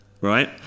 right